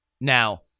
Now